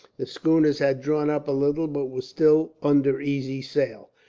the schooners had drawn up a little, but were still under easy sail.